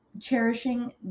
cherishing